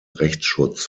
rechtsschutz